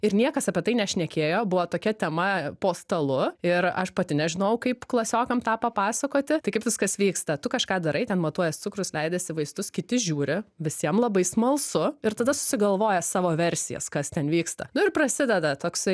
ir niekas apie tai nešnekėjo buvo tokia tema po stalu ir aš pati nežinojau kaip klasiokam tą papasakoti tai kaip viskas vyksta tu kažką darai ten matuojies cukrus leidiesi vaistus kiti žiūri visiem labai smalsu ir tada susigalvoja savo versijas kas ten vyksta nu ir prasideda toksai